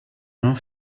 off